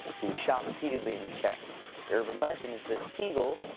he was shot repeatedly in the chest. the urban legend is that siegel,